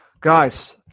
guys